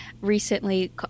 Recently